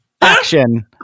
action